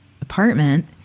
apartment